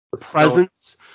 presence